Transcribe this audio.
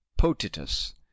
Potitus